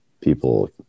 people